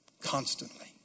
Constantly